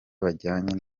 bajyanye